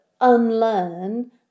unlearn